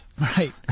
Right